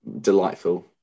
delightful